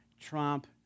Trump